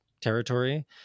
territory